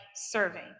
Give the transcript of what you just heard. serving